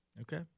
Okay